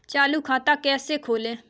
चालू खाता कैसे खोलें?